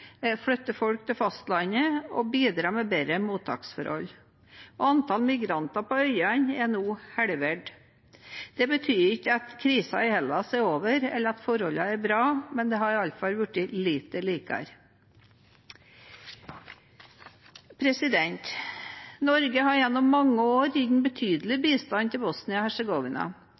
folk til fastlandet og bidra med bedre mottaksforhold, og antall migranter på øyene er nå halvert. Det betyr ikke at krisen i Hellas er over, eller at forholdene er bra, men det har iallfall blitt litt bedre. Norge har gjennom mange år gitt betydelig bistand til